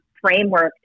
framework